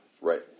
Right